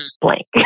blank